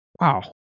Wow